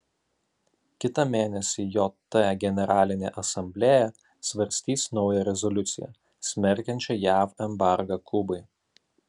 kitą mėnesį jt generalinė asamblėja svarstys naują rezoliuciją smerkiančią jav embargą kubai